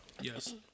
Yes